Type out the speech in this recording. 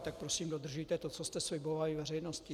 Tak prosím dodržujte to, co jste slibovali veřejnosti.